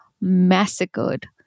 massacred